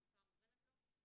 בשפה המובנת לו,